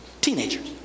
teenagers